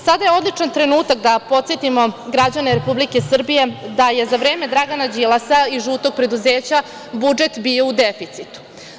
Sada je odličan trenutak da podsetimo građane Republike Srbije da je za vreme Dragana Đilasa i „žutog preduzeća“ budžet bio u deficitu.